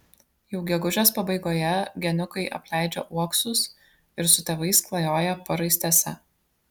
jau gegužės pabaigoje geniukai apleidžia uoksus ir su tėvais klajoja paraistėse